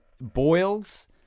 boils